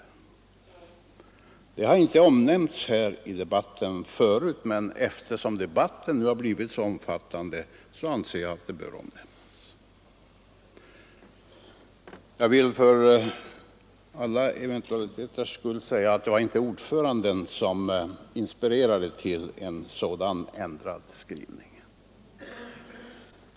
Detta har inte förut nämnts här i debatten, men eftersom debatten nu har blivit så omfattande anser jag att det bör nämnas. Jag vill för alla eventualiteters skull säga att det inte var ordföranden som inspirerade till en sådan ändrad skrivning.